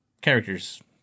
characters